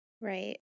Right